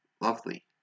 lovely